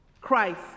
Christ